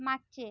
मागचे